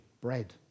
bread